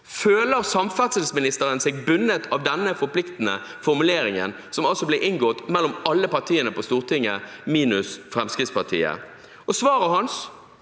Føler samferdselsministeren seg bundet av denne forpliktende formuleringen som ble inngått mellom alle partiene på Stortinget, minus Fremskrittspartiet? Svaret hans,